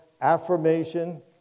affirmation